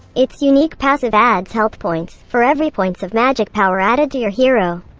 its unique passive adds health points, for every points of magic power added to your hero.